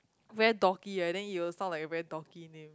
very dorky leh then you will sound like a very dorky name